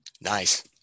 nice